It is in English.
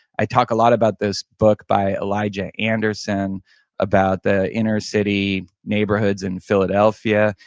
i talk a lot about this book by elijah anderson about the inner-city neighborhoods in philadelphia,